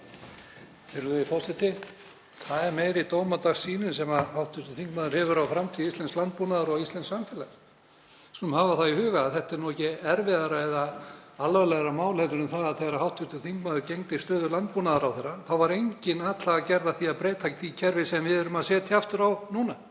Það er meiri dómadagssýnin sem hv. þingmaður hefur á framtíð íslensks landbúnaðar og íslensks samfélags. Við skulum hafa það í huga að þetta er nú ekki erfiðara eða alvarlegra mál en það að þegar hv. þingmaður gegndi stöðu landbúnaðarráðherra var engin atlaga gerð að því að breyta því kerfi sem við erum að setja aftur á núna.